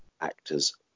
actors